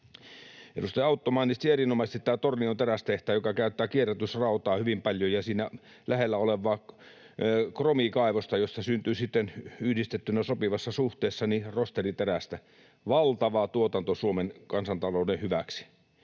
Edustaja Autto mainitsi erinomaisesti tämän Tornion terästehtaan, joka käyttää kierrätysrautaa hyvin paljon ja siinä lähellä olevaa kromikaivosta, jossa syntyy sitten yhdistettynä sopivassa suhteessa rosteriterästä. Valtava tuotanto Suomen kansantalouden hyväksi.